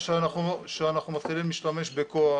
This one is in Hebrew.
כשאנחנו מתחילים להשתמש בכוח